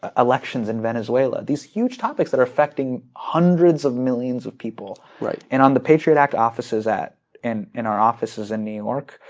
ah elections in venezuela. these huge topics that are affecting hundreds of millions of people. and on the patriot act offices at and in our offices in new york,